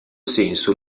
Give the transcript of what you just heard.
senso